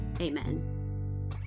amen